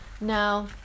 now